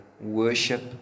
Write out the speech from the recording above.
worship